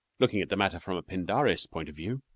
looking at the matter from a pindarris point of view.